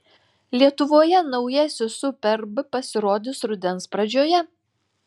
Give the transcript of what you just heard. lietuvoje naujasis superb pasirodys rudens pradžioje